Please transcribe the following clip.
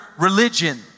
religion